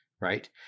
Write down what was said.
right